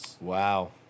wow